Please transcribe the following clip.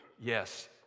Yes